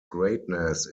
greatness